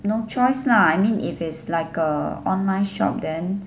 no choice lah I mean if it's like a online shop then